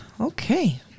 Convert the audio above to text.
Okay